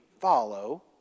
follow